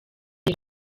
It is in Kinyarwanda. iyi